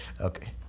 Okay